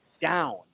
down